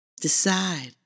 Decide